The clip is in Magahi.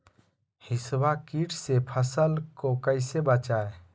हिसबा किट से फसल को कैसे बचाए?